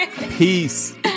peace